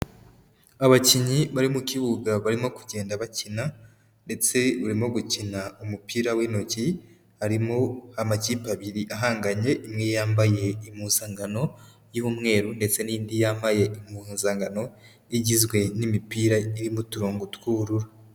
Abakinnyi bari mu kibuga barimo kugenda bakina ndetse barimo gukina umupira w'intoki, harimo amakipe abiri ahanganye, imwe yambaye impuzangano y'umweru ndetse n'indi yambaye impuzangano igizwe n'imipira irimo uturongo tw'ubururu.